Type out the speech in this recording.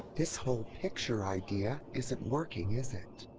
this whole picture idea isn't working, is it?